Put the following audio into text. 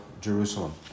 Jerusalem